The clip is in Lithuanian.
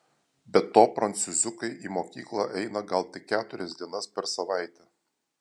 be to prancūziukai į mokyklą eina gal tik keturias dienas per savaitę